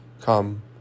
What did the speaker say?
Come